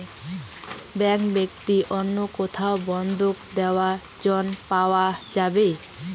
Bank ব্যাতীত অন্য কোথায় বন্ধক দিয়ে ঋন পাওয়া যাবে?